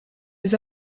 les